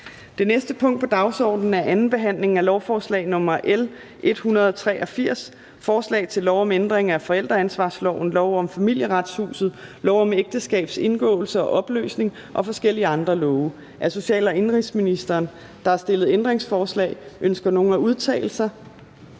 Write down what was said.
Det næste punkt på dagsordenen er: 15) 2. behandling af lovforslag nr. L 183: Forslag til lov om ændring af forældreansvarsloven, lov om Familieretshuset, lov om ægteskabs indgåelse og opløsning og forskellige andre love. (Afskaffelse af tvungen delt bopæl og refleksionsperioden samt opfølgning